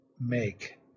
make